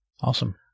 Awesome